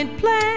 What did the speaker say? plan